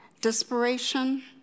desperation